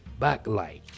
backlight